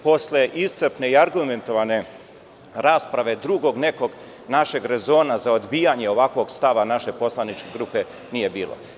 Posle iscrpne i argumentovane rasprave, drugog nekog rezona za odbijanje ovakvog stava naše poslaničke grupe nije bilo.